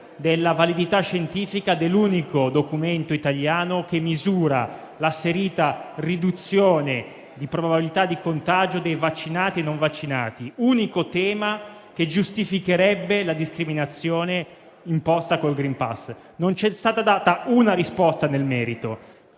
della validità scientifica dell'unico documento italiano che misura l'asserita riduzione di probabilità di contagio di vaccinati e non vaccinati (unico tema che giustificherebbe la discriminazione imposta con il *green pass*). Non c'è stata data una risposta nel merito,